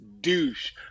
douche